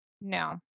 No